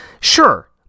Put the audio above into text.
sure